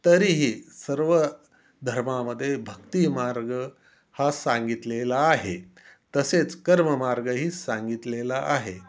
तरीही सर्व धर्मामध्ये भक्तिमार्ग हा सांगितलेला आहे तसेच कर्ममार्गही सांगितलेला आहे